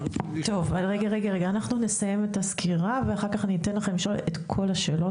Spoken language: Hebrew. אנחנו נסיים את הסקירה ואחר כך אני אתן לכם לשאול את כל השאלות,